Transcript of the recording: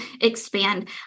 expand